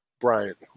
Bryant